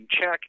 check